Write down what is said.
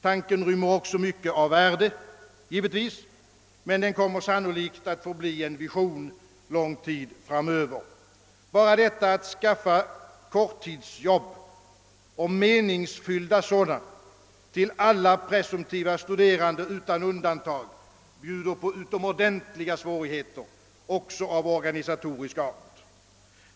Tanken rymmer givetvis mycket av värde men kommer sannolikt att bli bara en vision för lång tid framöver. Bara detta att skaffa korttidsjobb — och meningsfyllda sådana — till alla presumtiva studerande utan undantag bjuder på utomordentliga svårigheter också av organisatorisk art.